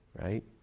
right